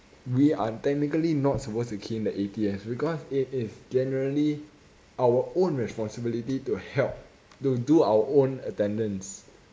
we are technically not supposed to key in the A_T_S because it is generally our own responsibility to help to do our own attendance